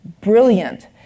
brilliant